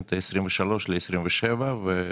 מי נגד?